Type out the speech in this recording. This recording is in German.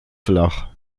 flach